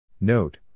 NOTE